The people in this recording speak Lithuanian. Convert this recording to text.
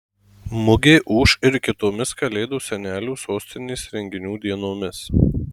mugė ūš ir kitomis kalėdų senelių sostinės renginių dienomis